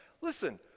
listen